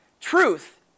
Truth